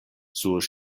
sur